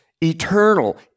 eternal